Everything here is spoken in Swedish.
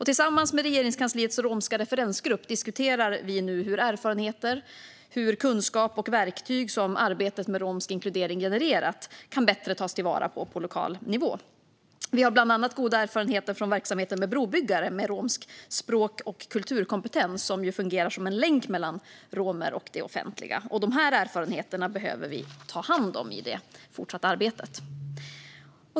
Tillsammans med Regeringskansliets romska referensgrupp diskuterar vi nu hur erfarenheter, kunskap och verktyg som arbetet med romsk inkludering genererat bättre kan tas till vara på lokal nivå. Vi har bland annat goda erfarenheter från verksamhet med brobyggare med romsk språk och kulturkompetens som fungerar som en länk mellan romer och det offentliga. De erfarenheterna behöver vi ta hand om i det fortsatta arbetet.